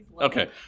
Okay